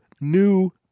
new